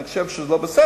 אני חושב שזה לא בסדר,